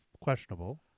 Questionable